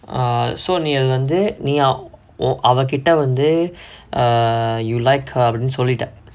err so நீ அது வந்து நீ அவ:nee athu vanthu nee ava oh அவகிட்ட வந்து:avakitta vanthu err you like her அப்புடின்னு சொல்லிட்ட:appudinnu sollita